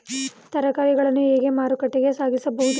ತರಕಾರಿಗಳನ್ನು ಹೇಗೆ ಮಾರುಕಟ್ಟೆಗೆ ಸಾಗಿಸಬಹುದು?